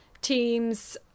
teams